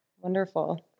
wonderful